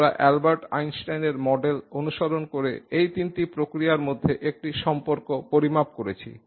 আমরা আলবার্ট আইনস্টাইনের মডেল অনুসরণ করে এই তিনটি প্রক্রিয়ার মধ্যে একটি সম্পর্ক পরিমাপ করেছি